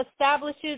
establishes